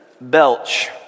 belch